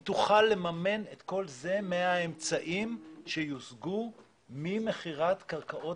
הרשות תוכל לממן את כל זה מהאמצעים שיושגו ממכירת קרקעות